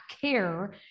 care